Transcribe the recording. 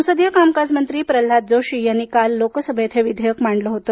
संसदीय कामकाज मंत्री प्रल्हाद जोशी यांनी काल लोकसभेत हे विधेयक मांडले होते